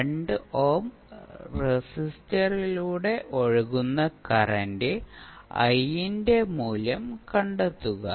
2 ohm റെസിസ്റ്ററിലൂടെ ഒഴുകുന്ന current I ന്റെ മൂല്യം കണ്ടെത്തുക